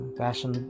fashion